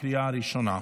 בקריאה ראשונה.